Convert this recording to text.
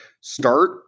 start